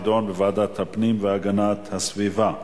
תידון בוועדת הפנים והגנת הסביבה.